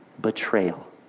betrayal